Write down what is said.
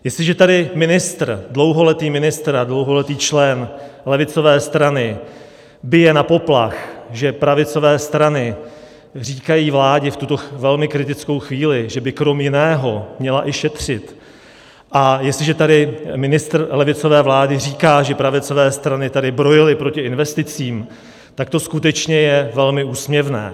Jestliže tady dlouholetý ministr a dlouholetý člen levicové strany bije na poplach, že pravicové strany říkají vládě v tuto velmi kritickou chvíli, že by krom jiného měla i šetřit, a jestliže tady ministr levicové vlády říká, že pravicové strany tady brojily proti investicím, tak to je skutečně velmi úsměvné.